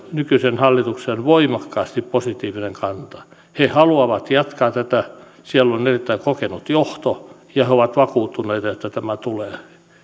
nykyisen hallituksen voimakkaasti positiivinen kanta he haluavat jatkaa tätä siellä on erittäin kokenut johto ja he ovat vakuuttuneita että tämä tulee